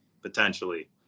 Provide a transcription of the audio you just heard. potentially